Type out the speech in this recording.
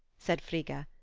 said frigga.